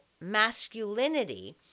masculinity